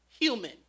human